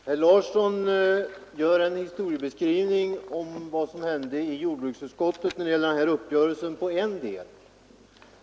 Herr talman! Herr Larsson i Borrby gör en historieskrivning om vad som hände i jordbruksutskottet när det gäller en del av den här uppgörelsen.